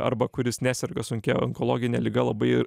arba kuris neserga sunkia onkologine liga labai